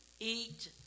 eat